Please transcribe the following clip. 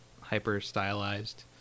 hyper-stylized